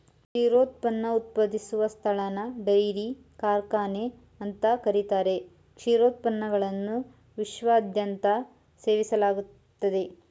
ಕ್ಷೀರೋತ್ಪನ್ನ ಉತ್ಪಾದಿಸುವ ಸ್ಥಳನ ಡೈರಿ ಕಾರ್ಖಾನೆ ಅಂತ ಕರೀತಾರೆ ಕ್ಷೀರೋತ್ಪನ್ನಗಳನ್ನು ವಿಶ್ವದಾದ್ಯಂತ ಸೇವಿಸಲಾಗ್ತದೆ